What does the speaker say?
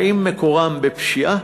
האם מקורם בפשיעה,